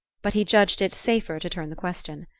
but he judged it safer to turn the question.